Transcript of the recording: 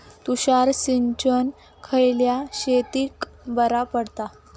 तुषार सिंचन खयल्या शेतीक बरा पडता?